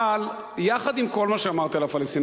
אבל יחד עם כל מה שאמרתי על הפלסטינים,